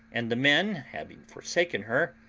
and the men having forsaken her,